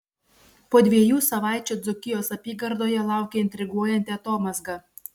po dviejų savaičių dzūkijos apygardoje laukia intriguojanti atomazga